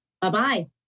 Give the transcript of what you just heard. Bye-bye